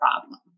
problem